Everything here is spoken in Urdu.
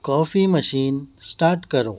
کافی مشین اسٹاٹ کرو